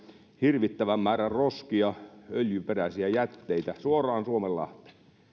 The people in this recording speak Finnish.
hirvittävän määrän roskia öljyperäisiä jätteitä suoraan suomenlahteen